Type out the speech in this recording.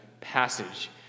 passage